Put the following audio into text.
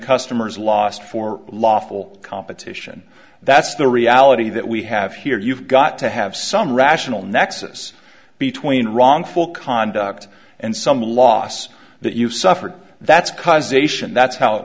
customers lost for lawful competition that's the reality that we have here you've got to have some rational nexus between wrongful conduct and some loss that you suffered that's cuz ation that's how it